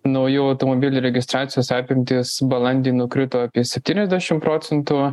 naujų automobilių registracijos apimtys balandį nukrito apie septyniasdešim procentų